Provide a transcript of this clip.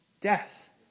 death